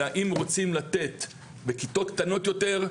אלא אם רוצים לתת בכיתות קטנות יותר,